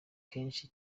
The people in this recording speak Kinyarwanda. kenshi